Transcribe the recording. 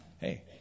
hey